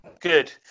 Good